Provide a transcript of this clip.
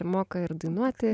ir moka ir dainuoti